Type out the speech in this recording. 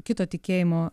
kito tikėjimo